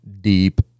deep